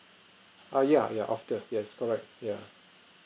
err yeah yeah after yes correct yeah